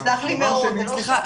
תסלח לי מאוד --- סליחה,